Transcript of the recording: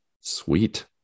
Sweet